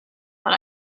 but